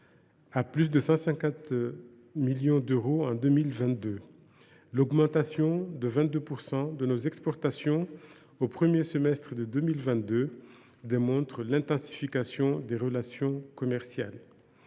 à plus de 150 millions d’euros en 2022. L’augmentation de 52 % de nos exportations au cours du premier semestre de 2022 démontre l’intensification des relations commerciales.